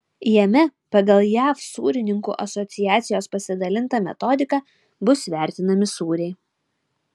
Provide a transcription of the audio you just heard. jame pagal jav sūrininkų asociacijos pasidalintą metodiką bus vertinami sūriai